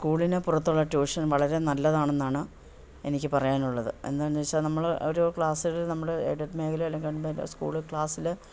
സ്കൂളിന് പുറത്തുള്ള ട്യൂഷൻ വളരെ നല്ലതാണെന്നാണ് എനിക്ക് പറയാനുള്ളത് എന്താണെന്ന് വച്ചാൽ നമ്മൾ ഒരു ക്ലാസ്സിൽ നമ്മൾ എയ്ഡഡ് മേഖല അല്ലെ ഗവൺമെൻ്റ് സ്കൂളിലെ ക്ലാസ്സിൽ